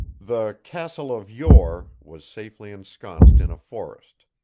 the castle of yore was safely ensconced in a forest.